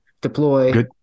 deploy